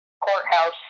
courthouse